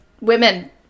women